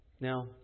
Now